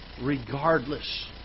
regardless